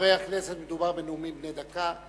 חברי הכנסת, מדובר בנאומים בני דקה.